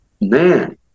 man